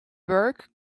work